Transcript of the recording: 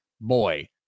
boy